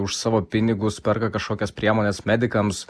už savo pinigus perka kažkokias priemones medikams